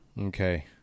Okay